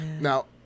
Now